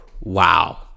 wow